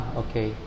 okay